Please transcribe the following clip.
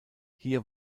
hier